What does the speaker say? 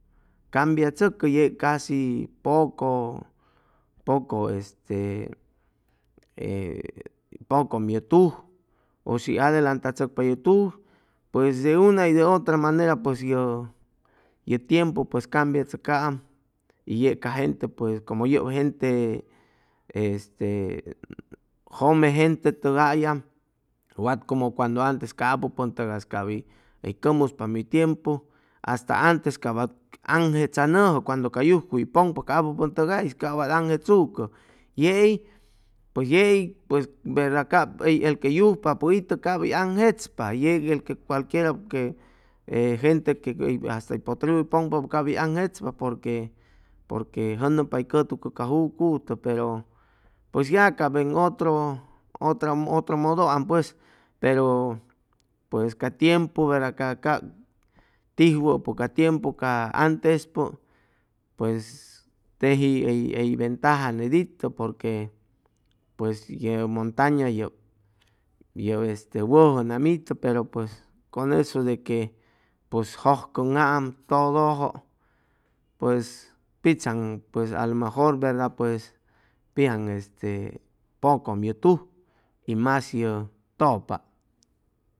Cambiachʉcʉ yeg cambiachʉcʉ casi poco poco este e pocom ye tuj ushi adelantachʉcpa ye tuj pues de una y de otra manera pues yʉ ye tiempu pues cambiachʉcaam y yeg ca gente pues como yʉp gente este jome gente tʉgay'am wat como cuando antes cap apupʉntʉgas cap hʉy hʉy cʉmuspam hʉy tiempu hasta antes cap aŋjetzanʉjʉ cuando ca yujcuy pʉŋpa ca apupʉntʉgais cap wat anjetzucʉ yei pues yei pues verda cap el que yujpapʉ itʉ cap hʉy aŋjechpa yeg el que cualquiera que gente que hasta hʉy potreru pʉŋpa cap hʉy aŋjechpa porque porque jʉnʉmpa hʉy cʉtucʉ ca jucutʉ pero pues ya cap en otro otro mʉdʉam pues pero pues ca tiempu verda ca cap tijwʉpʉ ca tiempu ca antespʉ pues teji hʉy hʉy ventaja net itʉ porque pues ye montaña yʉp yʉ este wʉjʉ nam itʉ pero pues con esu de que pʉs jʉjcʉŋam tʉdʉjʉ pues pitzaŋ pues alomejor verda pues pitzaŋ este pocoam ye tuj y mas yʉ tʉpa